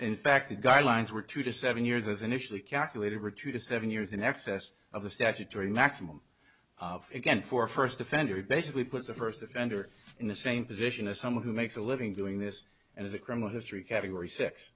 in fact the guidelines were two to seven years as initially calculated were two to seven years in excess of the statutory maximum again for first offender basically puts a first offender in the same position as someone who makes a living doing this as a criminal history category